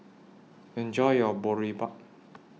Enjoy your Boribap